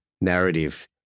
narrative